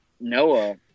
Noah